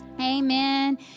Amen